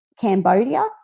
Cambodia